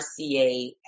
RCA